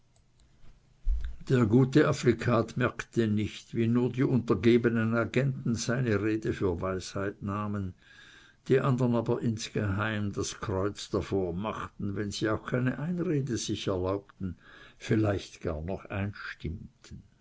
der gute afflikat merkte nicht wie nur die untergebenen agenten seine rede für weisheit nahmen die andern aber insgeheim das kreuz davor machten wenn sie auch keine einrede sich erlaubten vielleicht gar noch einstimmten